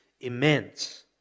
immense